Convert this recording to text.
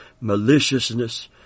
maliciousness